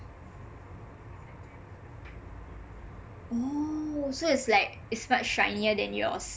oh so it's like it's much shinier then yours